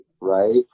right